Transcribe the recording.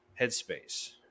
headspace